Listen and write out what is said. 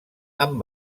amb